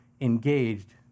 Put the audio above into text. engaged